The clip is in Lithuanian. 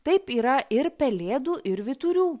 taip yra ir pelėdų ir vyturių